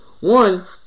One